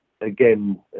again